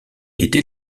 était